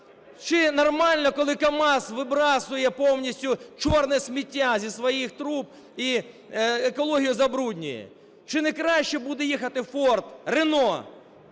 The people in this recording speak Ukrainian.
Чи нормально, коли КамАЗ вибрасує повністю чорне сміття зі своїх труб і екологію забруднює? Чи не краще буде їхати "Форд", "Рено"